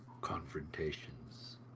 confrontations